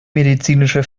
medizinische